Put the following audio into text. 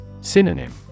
Synonym